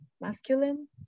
masculine